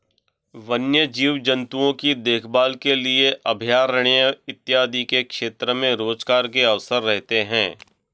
वन्य जीव जंतुओं की देखभाल के लिए अभयारण्य इत्यादि के क्षेत्र में रोजगार के अवसर रहते हैं